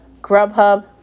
Grubhub